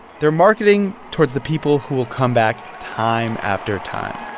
they're marketing towards the people who will come back time after time